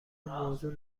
موضوع